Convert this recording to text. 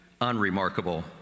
unremarkable